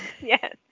Yes